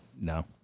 no